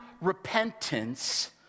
repentance